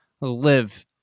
live